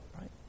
right